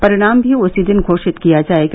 परिणाम भी उसी दिन घोषित किया जाएगा